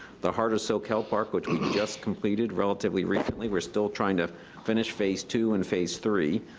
the heart of soquel park, which we just completed, relatively recently, we're still trying to finish phase two and phase three,